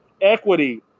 equity